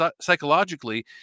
psychologically